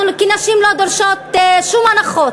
אנחנו כנשים לא דורשות שום הנחות: